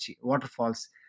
waterfalls